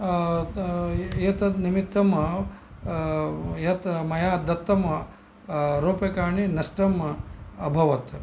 एतत् निमित्तं यत् मया दत्तं रूप्यकाणी नष्टम् अभवत्